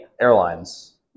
airlines